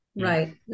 right